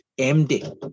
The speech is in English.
MD